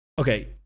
Okay